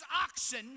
oxen